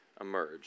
emerge